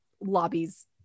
lobbies